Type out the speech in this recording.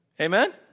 Amen